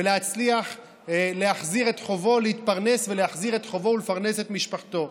ולהצליח להחזיר את חובו ולפרנס את משפחתו.